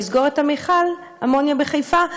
לסגור את מכל האמוניה בחיפה,